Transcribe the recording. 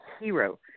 hero